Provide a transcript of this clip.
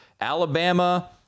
Alabama